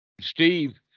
Steve